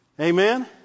Amen